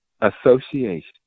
association